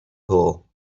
pool